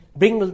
bring